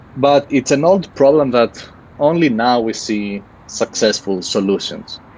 but it's an old problem that only now we see successful solutions.